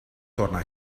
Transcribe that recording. torna